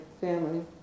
family